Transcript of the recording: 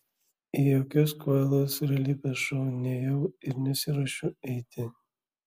į jokius kvailus realybės šou nėjau ir nesiruošiu eiti